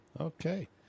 Okay